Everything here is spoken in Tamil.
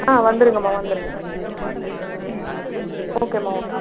ஆ வந்துடுங்கம்மா வந்துடுங்க ம் ஓகேம்மா ஓகே